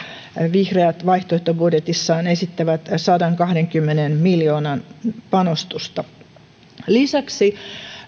vihreät vaihtoehtobudjetissaan esittävät sadankahdenkymmenen miljoonan panostusta lisäksi